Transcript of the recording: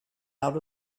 out